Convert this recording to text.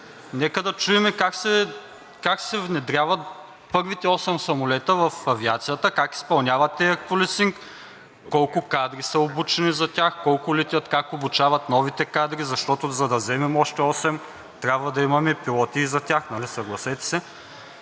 Нека да чуем как се внедряват първите осем самолета в авиацията, как изпълняват Air Policing , колко кадри са обучени за тях, колко летят, как обучават новите кадри, защото, за да вземем още осем, трябва да имаме пилоти и за тях, съгласете се.